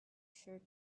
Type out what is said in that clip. shirt